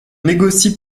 négocie